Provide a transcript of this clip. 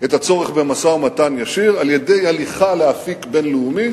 את הצורך במשא-ומתן ישיר על-ידי הליכה לאפיק בין-לאומי